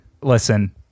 listen